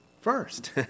First